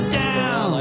down